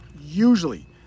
Usually